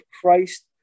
Christ